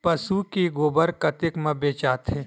पशु के गोबर कतेक म बेचाथे?